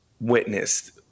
witnessed